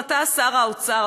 אתה שר האוצר,